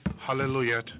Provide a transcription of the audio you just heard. hallelujah